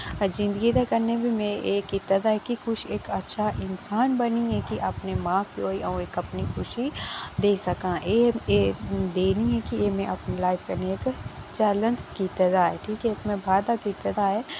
जिंदगी दा करने बी में एह् कीते दा ऐ कि कुछ इक अच्छा इंसान बनियै कि अपने मां प्यो ही अऊं इक अपनी खुशी देई सकां एह् देनी ऐ कि एह् में अपनी लाइफ कन्नै इक चैलेंज कीते दा ऐ ठीक ऐ मैं वादा कीत्ते दा ऐ